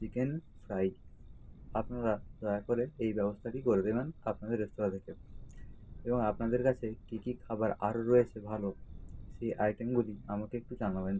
chicken fry আপনারা দয়া করে এই ব্যবস্তাটি করে দেবেন আপনাদের রেস্তোরাঁ থেকে এবং আপনাদের কাছে কী কী খাবার আরও রয়েছে ভালো সেই আইটেমগুলি আমাকে একটু জানাবেন